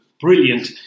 brilliant